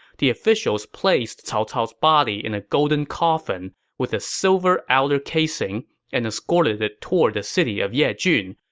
the officials placed cao cao's body in a golden coffin with a silver outer casing and escorted it toward the city of yejun,